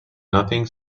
nothing